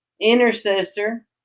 intercessor